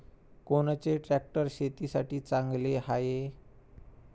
कोनचे ट्रॅक्टर शेतीसाठी चांगले हाये?